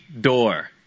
door